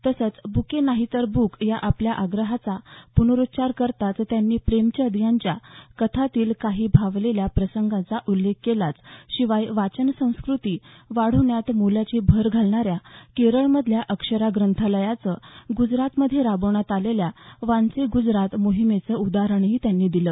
तसंच बुके नाही तर बुक या आपल्या आग्रहाचा पुनरुच्चार करतानाच त्यांनी प्रेमचंद यांच्या कथांतील काही भावलेल्या प्रसंगांचा उल्लेख केलाच शिवाय वाचनसंस्कृती वाढवण्यात मोलाची भर घालणाऱ्या केरळमधल्या अक्षरा ग्रंथालयाचं गुजरातमध्ये राबवण्यात आलेल्या वांचे गुजरात मोहिमेचं उदाहरणही त्यांनी दिलं